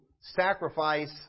sacrifice